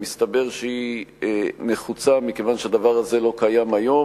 מסתבר שהיא נחוצה מכיוון שהדבר הזה לא קיים היום.